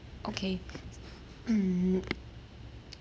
okay hmm